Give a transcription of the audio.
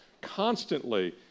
constantly